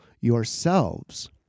yourselves